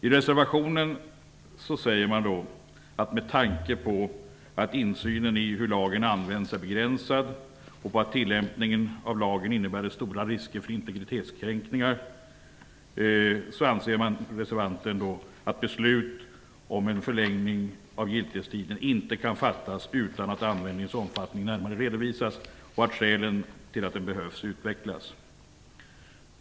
I reservationen sägs att med tanke på att insynen i hur lagen används är begränsad och på att tillämpningen av lagen innebär stora risker för integritetskränkningar anser reservanten att beslut om en förlängning av giltighetstiden inte kan fattas utan att användningens omfattning närmare redovisas och att skälen till att den behövs utvecklas.